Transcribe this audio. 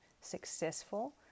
successful